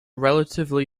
relatively